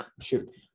shoot